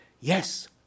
yes